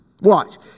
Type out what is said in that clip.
Watch